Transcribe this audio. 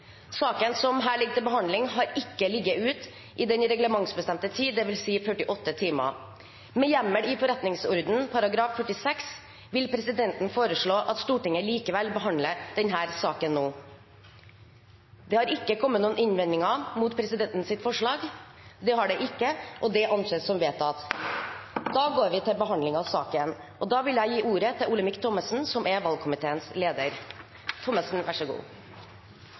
Saken som her ligger til behandling, har ikke ligget ute i den reglementsbestemte tid, dvs. 48 timer. Med hjemmel i forretningsordenen § 46 vil presidenten foreslå at Stortinget likevel behandler denne saken nå. Det har ikke kommet noen innvendinger mot presidentens forslag. – Det anses da som vedtatt. Stortinget er tildelt én oppgave knyttet til Nobelprisen, og det er som kjent å utnevne en kompetent komité. Nobelkomiteens arbeid med valg av prismottager skal foregå fullstendig uavhengig av Stortinget eller norske myndigheter for øvrig. Det er